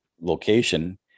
location